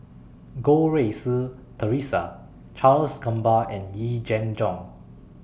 Goh Rui Si Theresa Charles Gamba and Yee Jenn Jong